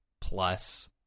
plus